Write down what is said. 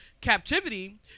captivity